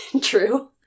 True